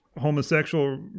Homosexual